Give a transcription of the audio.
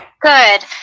Good